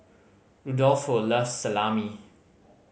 Rudolfo loves Salami